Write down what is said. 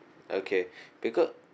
okay because